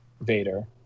Vader